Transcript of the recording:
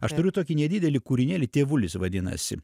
aš turiu tokį nedidelį kūrinėlį tėvulis vadinasi